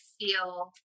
feel